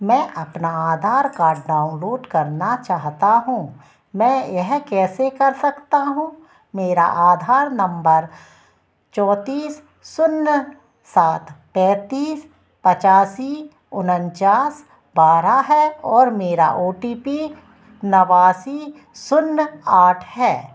मैं अपना Aadhaar card download करना चाहता हूँ मैं यह कैसे कर सकता हूँ मेरा आधार नंबर चौंतीस शून्य सात पैंतीस पचासी उनचास बारह है और मेरा ओ टी पी नवासी शून्य आठ है